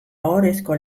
ohorezko